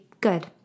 good